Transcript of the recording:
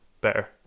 better